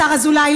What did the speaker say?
השר אזולאי,